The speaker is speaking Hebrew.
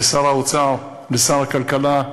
לשר האוצר, לשר הכלכלה,